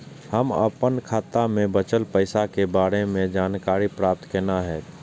हम अपन खाता में बचल पैसा के बारे में जानकारी प्राप्त केना हैत?